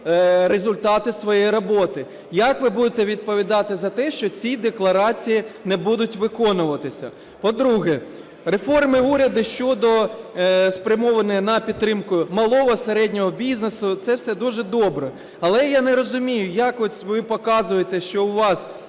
результати своєї роботи. Як ви будете відповідати за те, що ці декларації не будуть виконуватися? По-друге, реформи уряду щодо спрямування на підтримку малого, середнього бізнесу – це все дуже добре. Але я не розумію, якось ви показуєте, що у вас